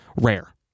rare